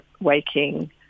waking